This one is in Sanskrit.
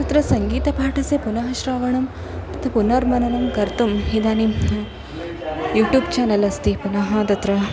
तत्र सङ्गीतपाठस्य पुनः श्रावणं तत् पुनर्मननं कर्तुम् इदानीं यूट्यूब् चानल् अस्ति पुनः तत्र